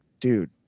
dude